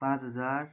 पाँच हजार